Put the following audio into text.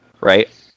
right